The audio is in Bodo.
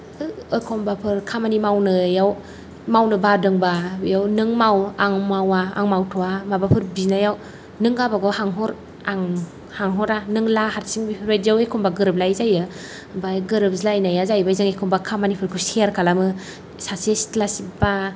एखनब्लाफोर खामानि मावनायाव मावनो बादोंबा नों माव आं मावा आं मावथ'वा माबाफोर बिनायाव नों गावबा गाव हानहर आं हानहरा नों ला हारसिं बेफोरबायदियाव एखनब्ला गोरोबलायि जायो ओमफ्राय गोरोबज्लायनाया जाहैबाय एखनब्ला खामानिफोरखौ शेयार खालामो सासे सिथ्ला सिबबा